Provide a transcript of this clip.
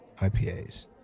IPAs